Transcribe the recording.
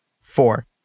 Four